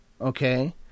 okay